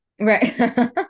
right